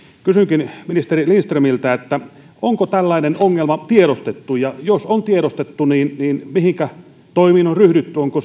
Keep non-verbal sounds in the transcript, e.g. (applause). kysynkin ministeri lindströmiltä onko tällainen ongelma tiedostettu ja jos on tiedostettu niin niin mihinkä toimiin on ryhdytty onko (unintelligible)